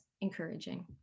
encouraging